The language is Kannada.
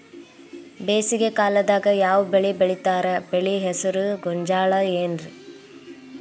ಬೇಸಿಗೆ ಕಾಲದಾಗ ಯಾವ್ ಬೆಳಿ ಬೆಳಿತಾರ, ಬೆಳಿ ಹೆಸರು ಗೋಂಜಾಳ ಏನ್?